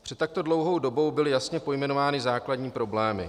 Před takto dlouhou dobou byly jasně pojmenovány základní problémy.